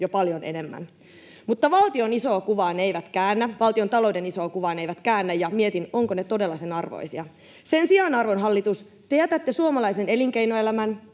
jo, paljon enemmän. Mutta valtiontalouden isoa kuvaa ne eivät käännä, ja mietin, ovatko ne todella sen arvoisia. Sen sijaan, arvon hallitus, te jätätte suomalaisen elinkeinoelämän,